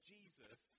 Jesus